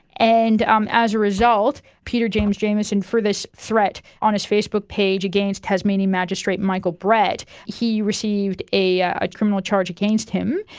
and um as a result, peter james jamieson, for this threat on his facebook page against tasmanian magistrate michael brett, he received a ah a criminal charge against him.